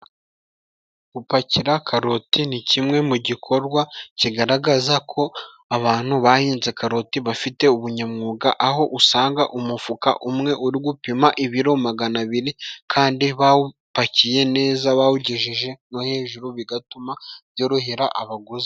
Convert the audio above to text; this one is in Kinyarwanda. Gupakira karoti ni kimwe mu gikorwa kigaragaza ko abantu bahinze karoti bafite ubunyamwuga, aho usanga umufuka umwe uri gupima ibiro magana abiri kandi bawupakiye neza bawugejeje no hejuru, bigatuma byorohera abaguzi.